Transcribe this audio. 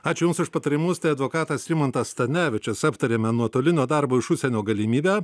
ačiū jums už patarimus tai advokatas rimantas stanevičius aptarėme nuo toli nuo darbo iš užsienio galimybę